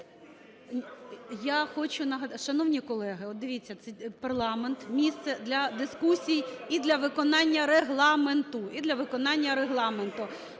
Я хочу… Шановні колеги, от, дивіться, парламент – місце для дискусій і для виконання Регламенту,